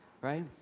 Right